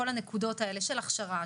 כל הנקודות האלה של הכשרה,